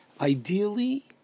ideally